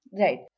Right